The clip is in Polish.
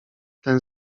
ten